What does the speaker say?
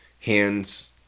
hands